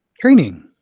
training